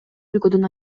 өлкөдөн